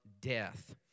death